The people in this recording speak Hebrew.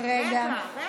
במערכת, 14